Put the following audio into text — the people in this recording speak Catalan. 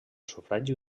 sufragi